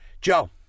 Joe